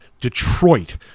Detroit